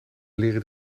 leren